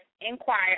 inquire